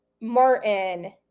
Martin